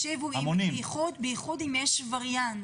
בייחוד אם יש וריאנט,